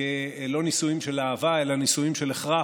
כלא נישואים של אהבה אלא נישואים של הכרח,